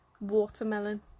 watermelon